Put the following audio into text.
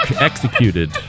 executed